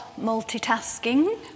Multitasking